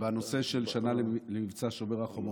בנושא של שנה למבצע שומר החומות,